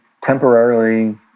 temporarily